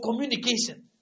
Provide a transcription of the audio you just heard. communication